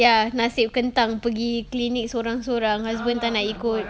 ya nasib kentang pergi clinic seorang orang husband tak nak ikut